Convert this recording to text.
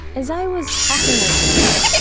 as i was talking with deepa,